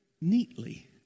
neatly